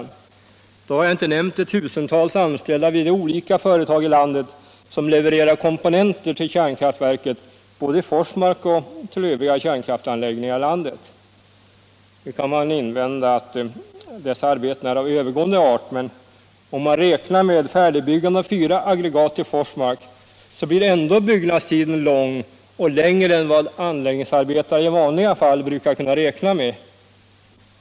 Då 11 november 1976 har jag inte nämnt de tusentals anställda vid de olika företag i landet —— som levererar komponenter både till kärnkraftverket i Forsmark och till. Om den framtida övriga kärnkraftsanläggningar i landet. sysselsättningen för Nu kan man invända att dessa arbeten är av övergående art, men = anställda vid om man räknar med färdigbyggande av fyra aggregat i Forsmark blir — kärnkraftsbyggen, ändå byggnadstiden lång — längre än vad anläggningsarbetare i vanliga — m.m. fall brukar kunna räkna med.